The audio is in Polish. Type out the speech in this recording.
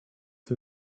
tym